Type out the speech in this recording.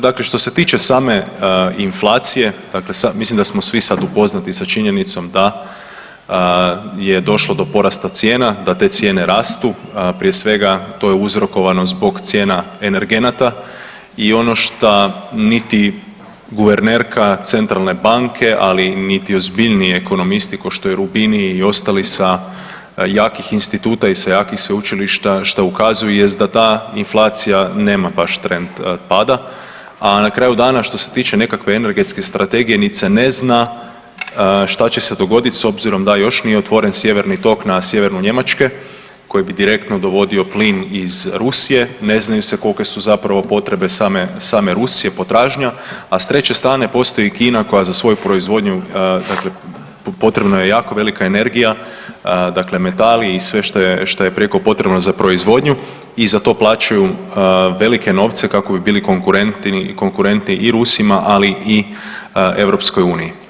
Dakle, što se tiče same inflacije, dakle mislim da smo svi sad upoznati sa činjenicom da je došlo do porasta cijena, da te cijene rastu, prije svega to je uzrokovano zbog cijena energenata i ono šta niti guvernerka centralne banke, ali niti ozbiljniji ekonomisti košto je Rubin i ostali sa jakih instituta i sa jakih sveučilišta šta ukazuju jest da ta inflacija nema baš trend pada, a na kraju dana što se tiče nekakve energetske strategije nit se ne zna šta će se dogodit s obzirom da još nije otvoren sjeverni tok na sjeveru Njemačke koji bi direktno dovodio plin iz Rusije, ne znaju se kolike su zapravo potrebe same, same Rusije, potražnja, a s treće strane postoji Kina koja za svoju proizvodnju dakle potrebno je jako velika energija, dakle metali i sve što je, što je prijeko potrebno za proizvodnju i za to plaćaju velike novce kako bi bili konkurentni i Rusima, ali i EU.